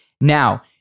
Now-